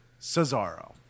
Cesaro